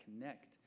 connect